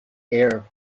air